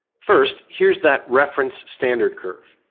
first, here's that reference standard curve.